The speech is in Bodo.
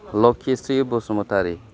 लक्षिस्रि बसुमतारी